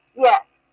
Yes